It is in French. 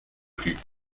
plus